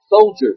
Soldiers